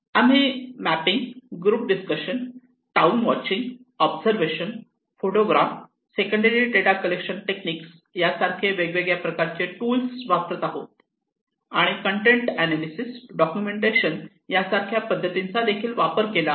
आम्ही mapping group discussion town watching observation photograph secondary data collection technique या सारखे वेगवेगळ्या प्रकारचे टूल्स वापरत आहोत आणि कन्टेन्ट एनालिसिस डॉक्युमेंटेशन यासारख्या पद्धतींचा देखील वापर केला आहे